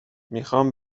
میخام